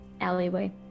alleyway